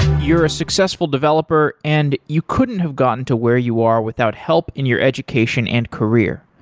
you're a successful developer and you couldn't have gotten to where you are without help in your education and career.